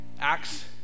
Acts